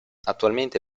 attualmente